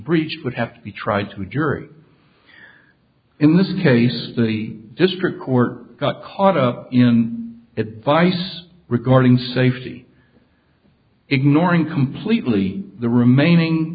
breached would have to be tried to a jury in this case the district court got caught up in it vice regarding safety ignoring completely the remaining